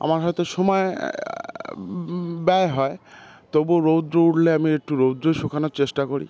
আমার হয়তো সময় ব্যয় হয় তবুও রৌদ্র উঠলে আমি একটু রৌদ্রই শুকানোর চেষ্টা করি